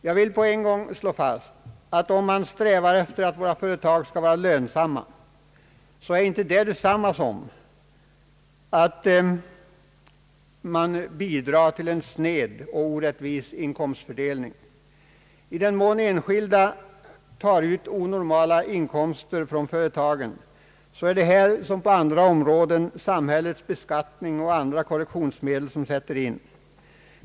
Jag vill på en gång slå fast att om man strävar efter att våra företag skall vara lönsamma, så är inte detta detsamma som att man bidrar till en sned och orättvis inkomstfördelning. I den mån enskilda tar ut onormala inkomster från företagen, så är det här som på andra områden samhällets beskattning och andra korrektionsmedel som sätter in.